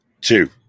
Two